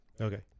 Okay